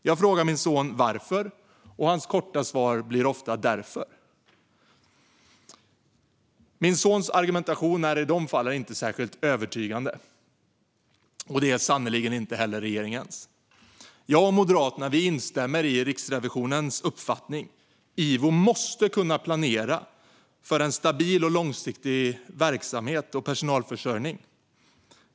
Jag frågar min son varför, och hans korta svar blir ofta "Därför". Min sons argumentation är i de fallen inte särskilt övertygande, och det är sannerligen inte heller regeringens. Jag och Moderaterna instämmer i Riksrevisionens uppfattning. IVO måste kunna planera för en stabil och långsiktig verksamhet och personalförsörjning.